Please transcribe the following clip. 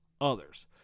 others